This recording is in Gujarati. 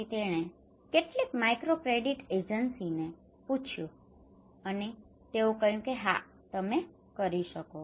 તેથી તેણે કેટલીક માઇક્રોક્રેડિટ એજન્સીને પૂછ્યું અને તેઓએ કહ્યું કે હા તમે કરી શકો